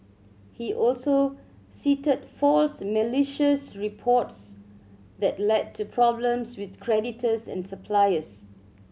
he also cited false malicious reports that led to problems with creditors and suppliers